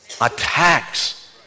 attacks